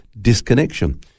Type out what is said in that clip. disconnection